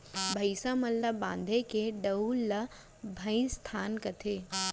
भईंसा मन ल बांधे के ठउर ल भइंसथान कथें